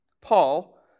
Paul